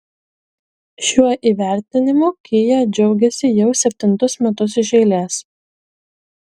šiuo įvertinimu kia džiaugiasi jau septintus metus iš eilės